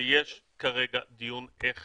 ויש כרגע דיון איך